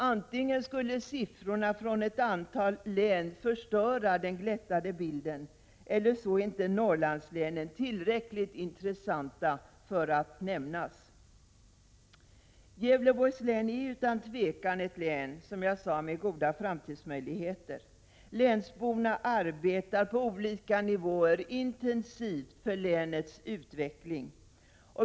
Antingen skulle siffrorna från ett antal län förstöra den glättade bilden, eller också är inte Norrlandslänen tillräckligt intressanta för att nämnas. Gävleborgs län är utan tvivel ett län med goda framtidsmöjligheter. Länsborna arbetar på olika nivåer intensivt för länets utveckling.